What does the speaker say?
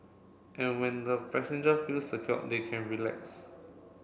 and when the passenger feel secure they can relax